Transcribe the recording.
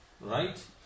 Right